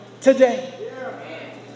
today